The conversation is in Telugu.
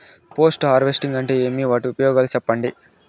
పోస్ట్ హార్వెస్టింగ్ అంటే ఏమి? వాటి ఉపయోగాలు చెప్పండి?